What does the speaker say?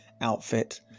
outfit